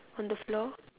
on the floor